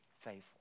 Faithful